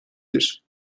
bir